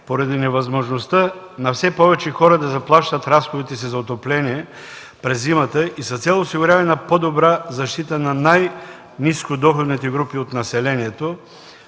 поради невъзможността на все повече хора да заплащат разходите си за отопление през зимата и с цел осигуряване на по-добра защита на най-ниско доходните групи от населението